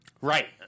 right